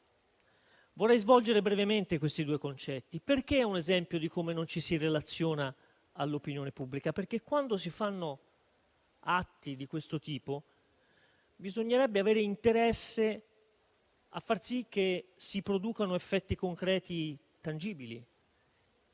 Vorrei svolgere brevemente questi due concetti. È un esempio di come non ci si relaziona all'opinione pubblica perché, quando si fanno atti di questo tipo, bisognerebbe avere interesse a far sì che si producano effetti concreti tangibili;